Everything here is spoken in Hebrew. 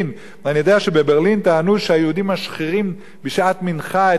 אני יודע שבברלין טענו שהיהודים משחירים בשעת מנחה את הרחובות,